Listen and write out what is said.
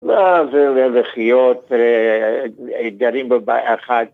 ‫לא, זה לחיות גרים בב אחד.